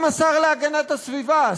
גם השר להגנת הסביבה,